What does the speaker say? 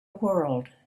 world